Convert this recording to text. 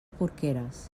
porqueres